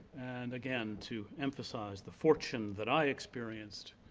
and again to emphasize the fortune that i experienced,